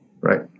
right